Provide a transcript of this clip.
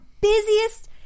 busiest